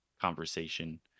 conversation